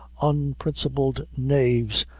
unprincipled knaves,